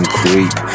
creep